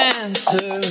answer